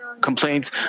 complaints